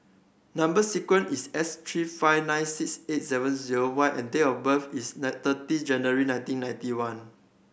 number sequence is S three five nine six eight seven zero Y and date of birth is thirty January nineteen ninety one